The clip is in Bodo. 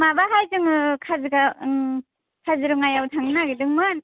माबाहाय जोङो काजिगा काजिरङायाव थांनो नागिरदोंमोन